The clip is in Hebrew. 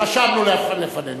רשמנו לפנינו.